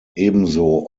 ebenso